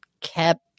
kept